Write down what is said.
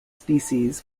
species